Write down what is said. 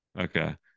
Okay